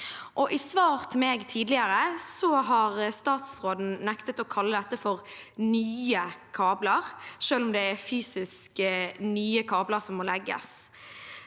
I svar til meg tidligere har statsråden nektet å kalle dette for nye kabler, selv om det fysisk er nye kabler som må legges.